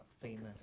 famous